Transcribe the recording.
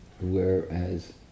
whereas